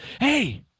Hey